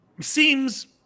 seems